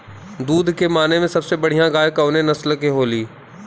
दुध के माने मे सबसे बढ़ियां गाय कवने नस्ल के होली?